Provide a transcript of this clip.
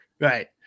Right